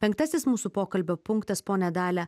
penktasis mūsų pokalbio punktas ponia dalia